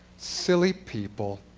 silly people.